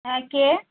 হ্যাঁ কে